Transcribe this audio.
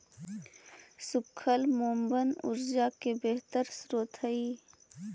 सूखल मेवबन ऊर्जा के बेहतर स्रोत हई